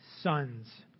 sons